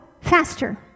faster